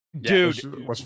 dude